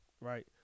right